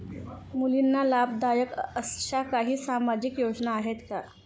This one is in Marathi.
मुलींना लाभदायक अशा काही सामाजिक योजना आहेत का?